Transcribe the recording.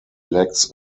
lacks